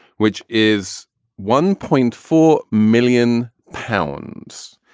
which is one point four million pounds,